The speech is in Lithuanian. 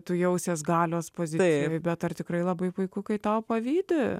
tu jausiesi galios pozicijoje bet ar tikrai labai puiku kai tau pavydi